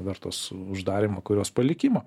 vertos uždarymo kurios palikimo